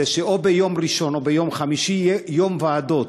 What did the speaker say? זה שיום ראשון או יום חמישי יהיה יום ועדות,